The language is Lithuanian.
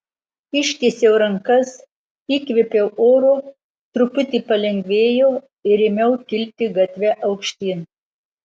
ištiesiau rankas įkvėpiau oro truputį palengvėjo ir ėmiau kilti gatve aukštyn